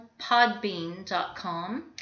podbean.com